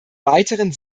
weiteren